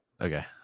Okay